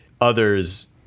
others